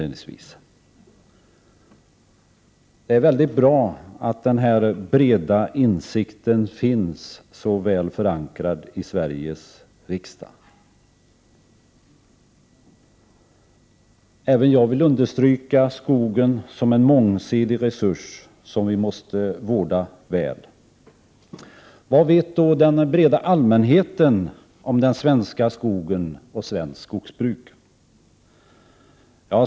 Det är mycket bra att denna breda insikt finns så väl förankrad i Sveriges riksdag. Även jag vill understryka att skogen är en mångsidig resurs, som måste vårdas väl. Vad vet då den breda allmänheten om den svenska skogen och svenskt skogsbruk?